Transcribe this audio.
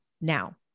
Now